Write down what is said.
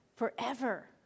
forever